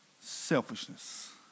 Selfishness